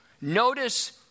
Notice